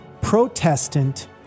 Protestant